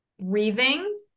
breathing